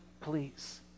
please